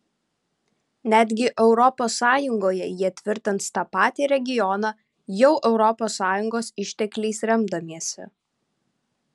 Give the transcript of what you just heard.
netgi europos sąjungoje jie tvirtins tą patį regioną jau europos sąjungos ištekliais remdamiesi